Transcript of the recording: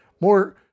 more